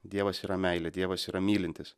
dievas yra meilė dievas yra mylintis